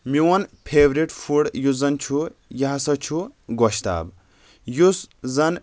میون favourite food یُس زَن چھُ یہِ ہسا چھُ گۄشتاب یُس زَن